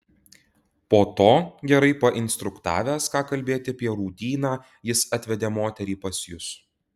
po to gerai painstruktavęs ką kalbėti apie rūdyną jis atvedė moterį pas jus